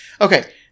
Okay